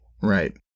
Right